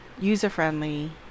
user-friendly